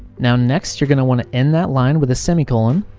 now next, you're going to want to end that line with a semicolon,